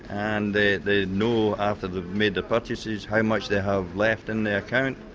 and they they know after they've made their purchases how much they have left in their account,